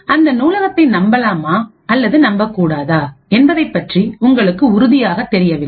அந்த நூலகத்தை நம்பலாமா அல்லது நம்பக் கூடாதா என்பதைப்பற்றி உங்களுக்கு உறுதியாகத் தெரியவில்லை